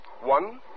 One